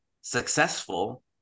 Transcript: successful